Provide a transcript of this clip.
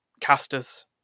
casters